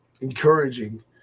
encouraging